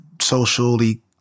socially